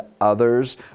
others